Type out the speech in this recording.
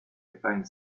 applying